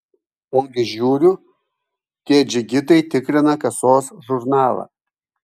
ogi žiūriu tie džigitai tikrina kasos žurnalą